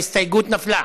ההסתייגות נפלה.